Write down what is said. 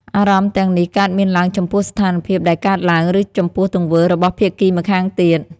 អារម្មណ៍ទាំងនេះកើតមានឡើងចំពោះស្ថានភាពដែលកើតឡើង ឬចំពោះទង្វើរបស់ភាគីម្ខាងទៀត។